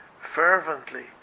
fervently